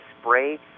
spray